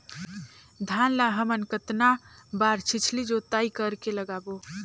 धान ला हमन कतना बार छिछली जोताई कर के लगाबो?